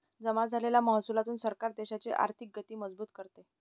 जमा झालेल्या महसुलातून सरकार देशाची आर्थिक गती मजबूत करते